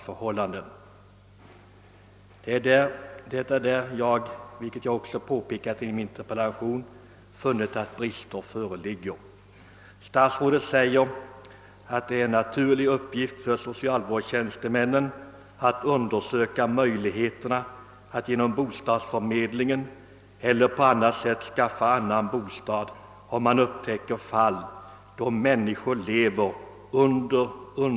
Jag har i min interpellation påpekat att stora brister i fråga om samverkan mellan myndigheterna föreligger. Statsrådet säger i svaret att »då människor lever under undermåliga bostadsförhållanden, är det en naturlig uppgift för socialvårdstjänstemännen att undersöka möjligheterna att genom bostadsförmedlingen eller på annat sätt skaffa en annan bostad».